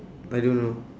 I don't know